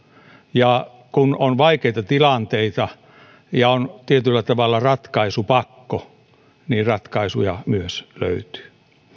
ja kun on vaikeita tilanteita ja on tietyllä tavalla ratkaisupakko niin ratkaisuja myös löytyy